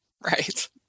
Right